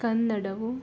ಕನ್ನಡವು